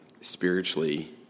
spiritually